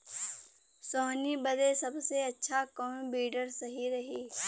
सोहनी बदे सबसे अच्छा कौन वीडर सही रही?